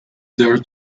their